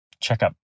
checkup